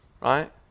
right